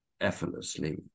effortlessly